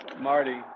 Marty